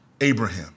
Abraham